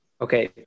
Okay